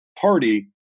party